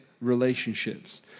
relationships